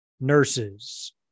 nurses